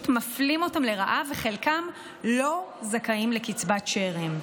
מפלים אותם לרעה וחלקם לא זכאים לקצבת שאירים.